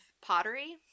pottery